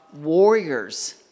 warriors